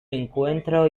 encuentro